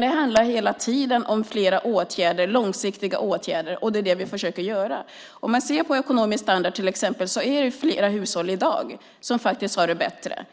Det handlar hela tiden om flera åtgärder, långsiktiga åtgärder, och det är det vi försöker göra. När det gäller till exempel ekonomisk standard är det fler hushåll som har det bättre i dag